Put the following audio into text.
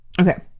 Okay